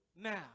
now